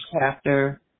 chapter